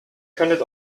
könntet